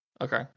Okay